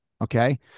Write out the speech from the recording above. Okay